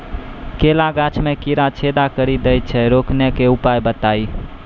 केला गाछ मे कीड़ा छेदा कड़ी दे छ रोकने के उपाय बताइए?